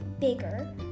bigger